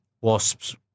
Wasps